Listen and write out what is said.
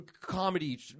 comedy